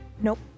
Nope